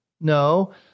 No